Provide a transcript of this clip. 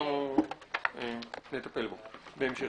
אנחנו נטפל בו בהמשך.